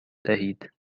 دهید